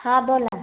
हां बोला